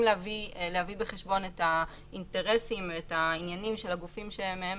להביא בחשבון את האינטרסים או את העניינים של הגופים שמהם